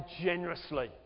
generously